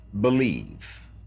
believe